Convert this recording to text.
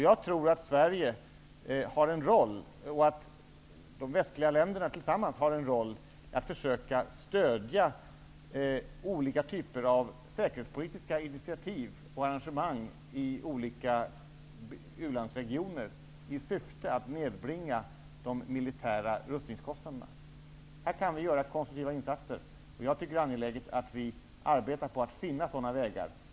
Jag tror att Sverige och de västliga länderna tillsammans har en roll att spela i försöket att stödja olika typer av säkerhetspolitiska initiativ och arrangemang i olika u-landsregioner i syfte att nedbringa de militära rustningskostnaderna. Här kan vi göra konstruktiva insatser. Det är angeläget att vi arbetar för att finna sådana vägar.